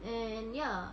and ya